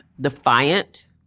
defiant